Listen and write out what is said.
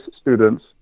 students